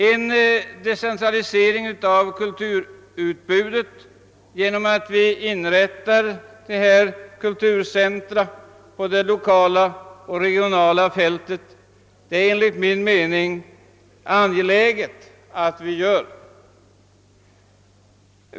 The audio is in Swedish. En decentralisering av kulturutbudet genom inrättande av sådana kulturcentra lokalt och regionalt är enligt min mening en angelägen åtgärd.